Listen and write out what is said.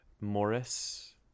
Morris